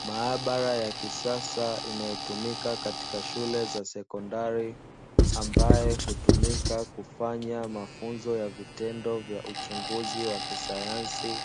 Maabara ya kisasa inayotumika katika shule za sekondari, ambayo hutumika kufanya mafunzo ya vitendo vya uchunguzi wa kisayansi,